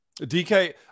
DK